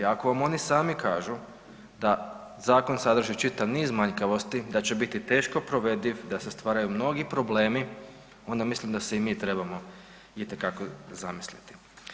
Ako vam oni sami kažu da zakon sadrži čitav niz manjkavosti, da će biti teško provediv, da se stvaraju mnogi problemi onda mislim da se i mi trebamo itekako zamisliti.